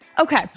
Okay